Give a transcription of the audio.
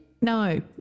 No